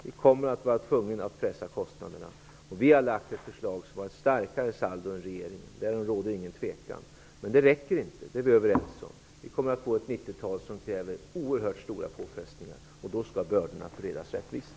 Vi kommer att vara tvugna att pressa ned kostnaderna. Det råder inget tvivel om att vi har lagt fram ett förslag som har ett starkare saldo än regeringens. Men det räcker inte, och det är vi överens om. Vi kommer att få ett 90-tal som innebär oerhört stora påfrestningar, och då skall bördorna fördelas rättvist.